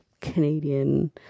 Canadian